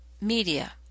media